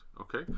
Okay